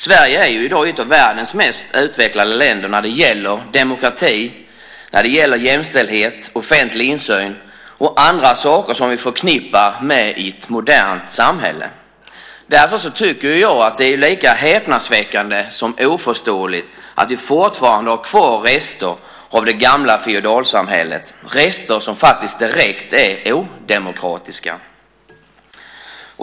Sverige är i dag ett av världens mest utvecklade länder när det gäller demokrati, jämställdhet, offentlig insyn och andra saker som vi förknippar med ett modernt samhälle. Jag tycker därför att det är lika häpnadsväckande som oförståeligt att vi fortfarande har kvar rester av det gamla feodalsamhället - rester som är direkt odemokratiska.